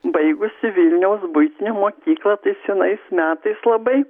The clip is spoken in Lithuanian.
baigusi vilniaus buitinę mokyklą tais senais metais labai